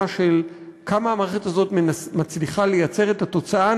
של כמה המערכת הזאת מצליחה לייצר את התוצאה,